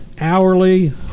hourly